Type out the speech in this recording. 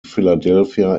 philadelphia